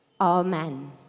Amen